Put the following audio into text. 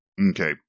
Okay